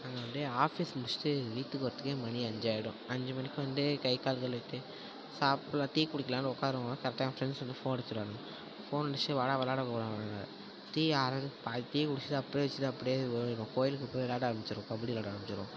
நாங்கள் வந்து ஆஃபிஸ் முடிசிட்டு வீட்டுக்கு வரத்துக்கே மணி அஞ்சாயிடும் அஞ்சு மணிக்கு வந்து கை கால் கழுவிட்டு சாப்புல்லாம் டீ குடிக்கலான்னு உக்காருவோம் கரெட்டாக ஏன் ஃப்ரெண்ட்ஸ் வந்து ஃபோன் அடிச்சுருவாங்க ஃபோன் அடிச்சு வாடா விள்ளாட போகலாம் அப்படிம்பாங்க டீ பாதி டீ குடிச்சிவிட்டு அப்டே வச்சுட்டு அப்டே போயிருவோம் கோயிலுக்கு போய் விள்ளாட ஆரமிச்சிருவோம் கபடி விள்ளாட ஆரமிச்சிருவோம்